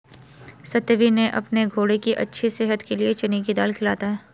सत्यवीर ने अपने घोड़े की अच्छी सेहत के लिए चने की दाल खिलाता है